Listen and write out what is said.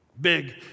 Big